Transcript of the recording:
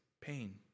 pain